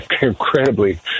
incredibly